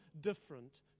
different